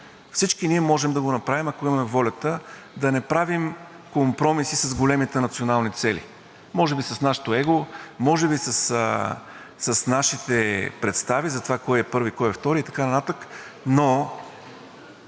Всички ние можем да го направим, ако имаме волята да не правим компромиси с големите национални цели – може би с нашето его, може би с нашите представи за това кой е първи, кой е втори и така нататък, но